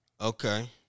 Okay